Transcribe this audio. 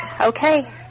Okay